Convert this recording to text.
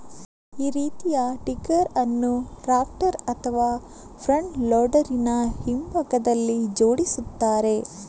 ಈ ರೀತಿಯ ಡಿಗ್ಗರ್ ಅನ್ನು ಟ್ರಾಕ್ಟರ್ ಅಥವಾ ಫ್ರಂಟ್ ಲೋಡರಿನ ಹಿಂಭಾಗದಲ್ಲಿ ಜೋಡಿಸ್ತಾರೆ